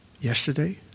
yesterday